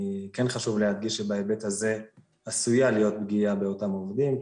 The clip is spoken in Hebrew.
כן חשוב להדגיש שבהיבט הזה עשויה להיות פגיעה באותם עובדים.